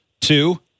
two